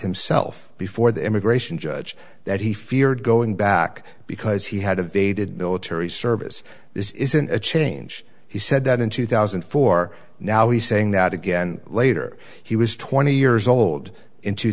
himself before the immigration judge that he feared going back because he had of a did military service this isn't a change he said that in two thousand and four now he's saying that again later he was twenty years old in two